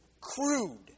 crude